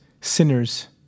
sinners